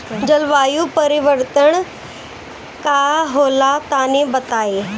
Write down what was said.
जलवायु परिवर्तन का होला तनी बताई?